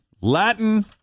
latin